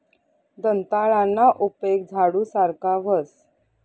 दंताळाना उपेग झाडू सारखा व्हस